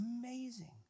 amazing